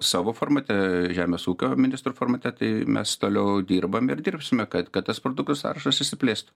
savo formate žemės ūkio ministrų formate tai mes toliau dirbam ir dirbsime kad kad tas produktų sąrašas išsiplėstų